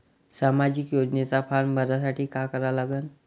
सामाजिक योजनेचा फारम भरासाठी का करा लागन?